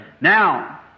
Now